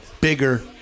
bigger